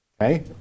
Okay